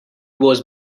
was